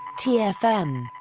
TFM